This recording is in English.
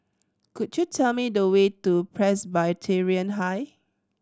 could you tell me the way to Presbyterian High